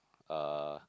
uh